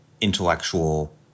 intellectual